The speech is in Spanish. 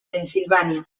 pensilvania